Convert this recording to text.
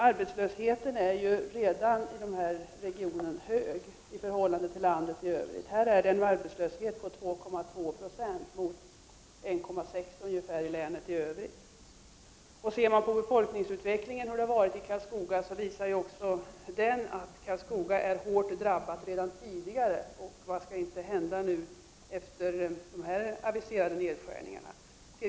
Arbetslösheten i denna region är redan hög i förhållande till landet i övrigt. Arbetslösheten ligger här på 2,2 90, mot ungefär 1,6 70 i länet i övrigt. Ser man på befolkningsutvecklingen i Karlskoga visar också den att Karlskoga redan tidigare är hårt drabbad. Och vad skall inte hända efter de nu aviserade nedskärningarna?